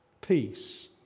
peace